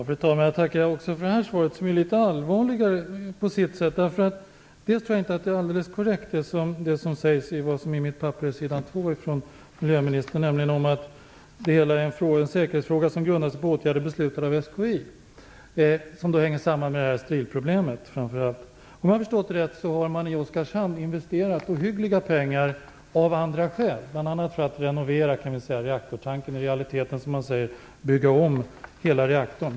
Fru talman! Jag tackar också för det här svaret som är litet allvarligare på sitt sätt. Jag tror inte att det som sägs på s. 2 i miljöministerns svar är alldeles korrekt, nämligen att det hela är en säkerhetsfråga som grundar sig på åtgärder beslutade av SKI, vilka framför allt hänger samman med strilproblemet. Om jag har förstått det rätt så har man i Oskarshamn investerat ohyggligt mycket pengar av andra skäl, bl.a. för att renovera reaktortankern och för att i realiteten, som man säger, bygga om hela reaktorn.